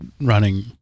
running